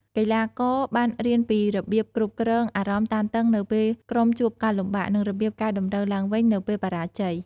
កីឡាករបានរៀនពីរបៀបគ្រប់គ្រងអារម្មណ៍តានតឹងនៅពេលក្រុមជួបការលំបាក និងរបៀបកែតម្រូវឡើងវិញនៅពេលបរាជ័យ។